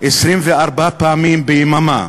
24 פעמים ביממה,